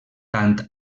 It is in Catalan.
tant